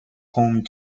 home